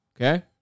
Okay